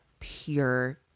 pure